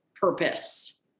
purpose